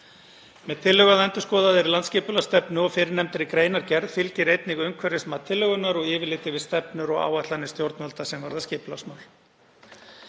Með tillögu að endurskoðaðri landsskipulagsstefnu og fyrrnefndri greinargerð fylgir einnig umhverfismat tillögunnar og yfirlit yfir stefnur og áætlanir stjórnvalda sem varða skipulagsmál.